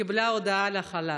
ואתמול היא קיבלה הודעה על חל"ת.